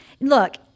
look